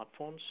smartphones